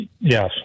Yes